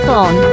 on